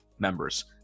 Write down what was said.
members